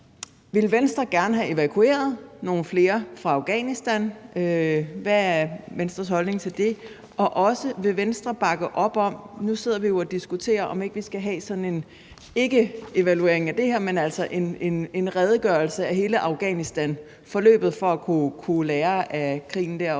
Ville Venstre gerne have evakueret nogle flere fra Afghanistan – hvad er Venstres holdning til det? Og også: Nu sidder vi jo og diskuterer, om ikke vi skal have sådan en, ikke en evaluering af det her, men altså redegørelse for hele Afghanistanforløbet for at kunne lære af krigen der også.